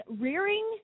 rearing